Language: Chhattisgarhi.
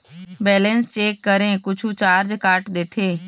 बैलेंस चेक करें कुछू चार्ज काट देथे?